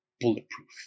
bulletproof